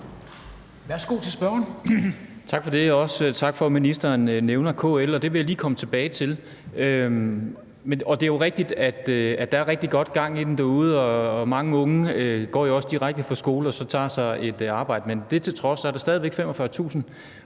Værsgo til spørgeren.